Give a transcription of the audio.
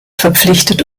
verpflichtet